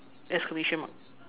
exclamation mark